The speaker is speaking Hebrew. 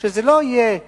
שזה לא יהיה גם,